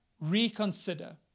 reconsider